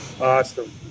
Awesome